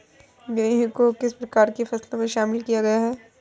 गेहूँ को किस प्रकार की फसलों में शामिल किया गया है?